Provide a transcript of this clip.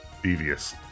devious